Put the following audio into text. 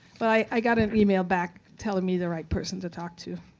but i got an e-mail back telling me the right person to talk to.